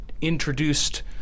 introduced